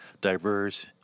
diverse